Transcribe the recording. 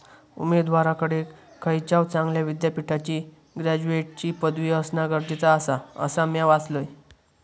उमेदवाराकडे खयच्याव चांगल्या विद्यापीठाची ग्रॅज्युएटची पदवी असणा गरजेचा आसा, असा म्या वाचलंय